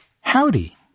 Howdy